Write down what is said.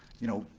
you know,